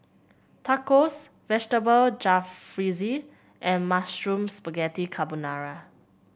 Tacos Vegetable Jalfrezi and Mushroom Spaghetti Carbonara